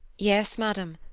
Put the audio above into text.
yes, madam,